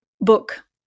book